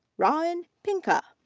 rawin pinkoh.